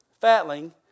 fatling